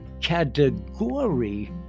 category